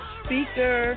speaker